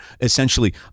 essentially